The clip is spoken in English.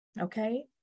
okay